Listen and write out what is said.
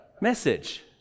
message